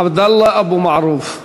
עבדאללה אבו מערוף,